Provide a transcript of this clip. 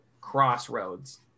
crossroads